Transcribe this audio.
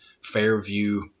Fairview